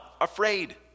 afraid